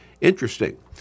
Interesting